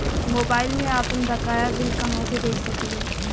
Mobile में आपनबकाया bill कहाँसे देख सकिले?